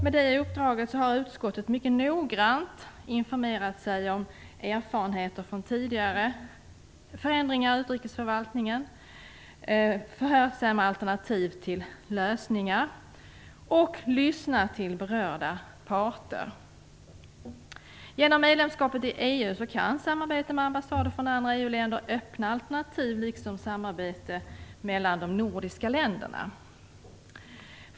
Med detta uppdrag har utskottet mycket noggrant informerat sig om erfarenheter från tidigare förändringar i utrikesförvaltningen. Man har förhört sig om alternativ till lösningar och lyssnat till berörda parter. Genom medlemskapet i EU kan samarbete med ambassader från andra EU-länder liksom samarbete mellan de nordiska länderna öppna alternativ.